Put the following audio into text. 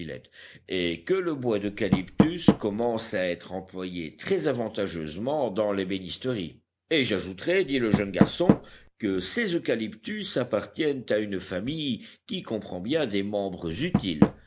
et que le bois d'eucalyptus commence à être employé très avantageusement dans l'ébénisterie et j'ajouterai dit le jeune garçon que ces eucalyptus appartiennent à une famille qui comprend bien des membres utiles